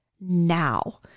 now